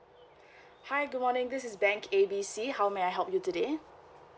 hi good morning this is bank A B C how may I help you today